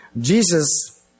Jesus